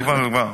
זה כבר נגמר.